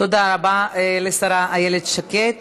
תודה רבה לשרה איילת שקד.